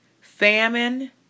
famine